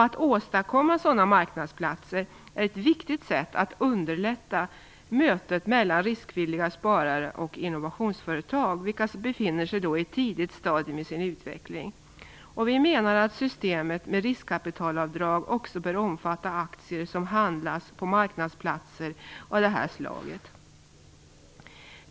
Att åstadkomma sådana marknadsplatser är ett viktigt sätt att underlätta mötet mellan riskvilliga sparare och innovationsföretag, vilka befinner sig i ett tidigt stadium i sin utveckling. Vi menar att systemet med riskkapitalavdrag också bör omfatta aktier som handlas på marknadsplatser av detta slag.